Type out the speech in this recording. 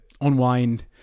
unwind